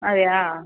അതെയോ